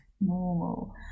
normal